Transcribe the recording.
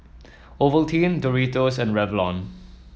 Ovaltine Doritos and Revlon